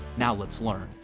now let's learn.